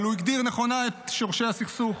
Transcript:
אבל לפני 78 שנים הוא הגדיר נכונה את שורשי הסכסוך.